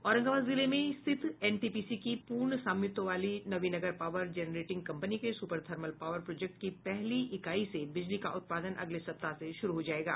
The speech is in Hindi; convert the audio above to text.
औरंगाबाद जिले में स्थित एनटीपीसी की पूर्ण स्वामित्व वाली नवीनगर पावर जेनरेटिंग कंपनी के सुपर थर्मल पावर प्रोजेक्ट की पहली इकाई से बिजली का उत्पादन अगले सप्ताह से शुरू हो जायेगा